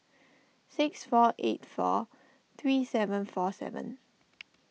six four eight four three seven four seven